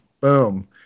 boom